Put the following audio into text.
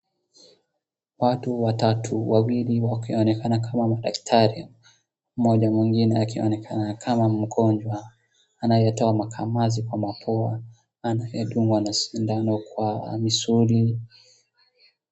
Watu watatu wawili wakionekana kama madaktari mmoja mwingine akionekana kama mgonjwa anayetoa makamasi kwa mapua anayedungwa na sindano kwa misuli.